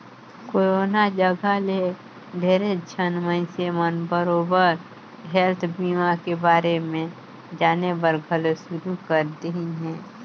corona जघा ले ढेरेच झन मइनसे मन बरोबर हेल्थ बीमा के बारे मे जानेबर घलो शुरू कर देहिन हें